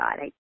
God